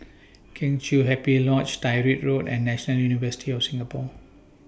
Kheng Chiu Happy Lodge Tyrwhitt Road and National University of Singapore